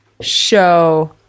show